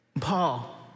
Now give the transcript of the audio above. Paul